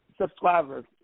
subscribers